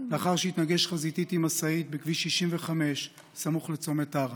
לאחר שהתנגש חזיתית במשאית בכביש 65 סמוך לצומת עארה.